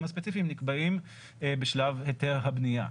הספציפיים נקבעים בשלב היתר הבנייה.